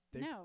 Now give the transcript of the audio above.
No